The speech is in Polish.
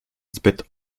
zbyt